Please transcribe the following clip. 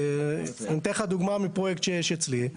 אני אתן לך דוגמא מפרויקט שיש אצלי.